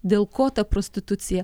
dėl ko ta prostitucija